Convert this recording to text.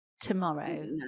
tomorrow